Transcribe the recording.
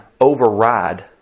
override